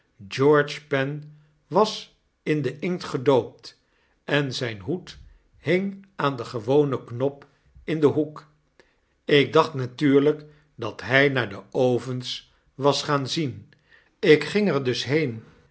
george's pen was in den inkt gedoopt en zijn hoed hing aan den gewonen knop in den hoek ik dacht natuurlijk dat hij naar de ovens was gaan zien ik ging er dus heen